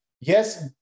Yes